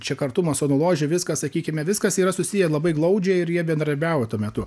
čia kartu masonų ložė viskas sakykime viskas yra susiję labai glaudžiai ir jie bendrabiavo tuo metu